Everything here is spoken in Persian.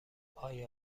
آیا